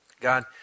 God